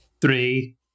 three